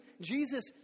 Jesus